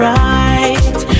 right